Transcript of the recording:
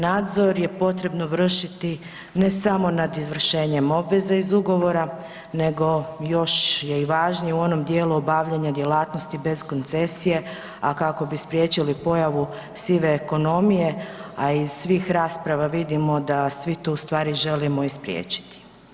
Nadzor je potrebno vršiti ne samo nad izvršenjem obveza iz ugovora nego još je i važnije u onom dijelu obavljanja djelatnosti bez koncesije, a kako bi spriječili pojavu sive ekonomije, a iz svih rasprava vidimo da svi to želimo u stvari i spriječiti.